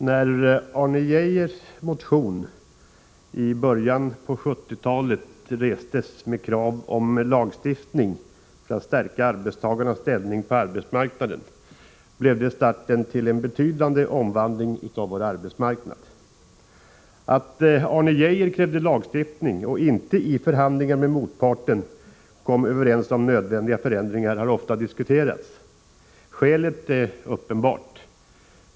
Herr talman! När Arne Geijers motion med krav på lagstiftning för att stärka arbetstagarnas ställning på arbetsmarknaden väcktes i början på 1970-talet blev det starten till en betydande omvandling av vår arbetsmark nad. Att Arne Geijer krävde lagstiftning och inte i förhandlingar med motparten kom överens om nödvändiga förändringar har ofta diskuterats. Skälet är uppenbart.